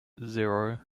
zero